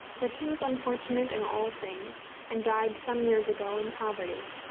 but he was unfortunate in all things, and died some years ago in poverty.